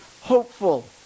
hopeful